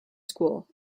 school